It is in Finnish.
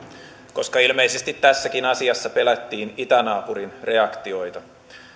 koska ilmeisesti tässäkin asiassa pelättiin itänaapurin reaktioita